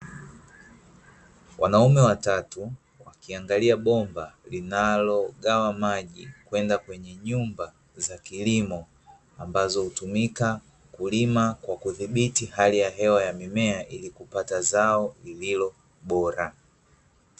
Wanaume watatu wakiangalia bomba linalogawa maji kwenda kwenye nymba za kilimo, ambazo hutumika kulima kwa kudhibiti hali ya hewa ya mimea ili kupata zao lililo bora.